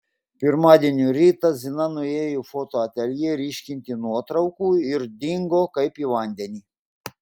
pirmadienio rytą zina nuėjo į foto ateljė ryškinti nuotraukų ir dingo kaip į vandenį